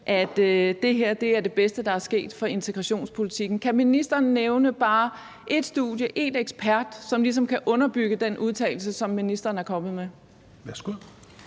at det her er det bedste, der er sket for integrationen. Kan ministeren nævne bare ét studie eller én ekspert, der ligesom kan underbygge den udtalelse, som ministeren er kommet med?